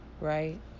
right